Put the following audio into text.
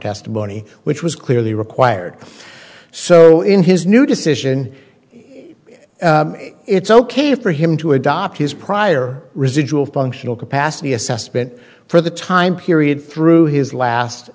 testimony which was clearly required so in his new decision it's ok for him to adopt his prior residual functional capacity assessment for the time period through his last